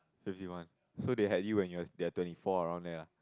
fifty one so they had you when you are they are twenty four around there